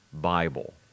Bible